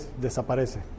desaparece